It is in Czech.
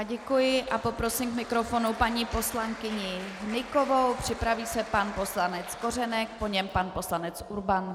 Děkuji a poprosím k mikrofonu paní poslankyni Hnykovou, připraví se pan poslanec Kořenek, po něm pan poslanec Urban.